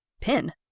pin